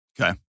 Okay